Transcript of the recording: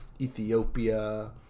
Ethiopia